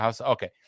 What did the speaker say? Okay